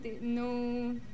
no